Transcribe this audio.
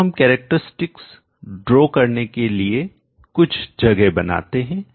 चलो हम कैरेक्टरस्टिक विशेषताएं ड्रा बनाने करने के लिए कुछ जगह बनाते हैं